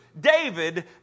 David